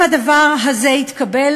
אם הדבר הזה יתקבל,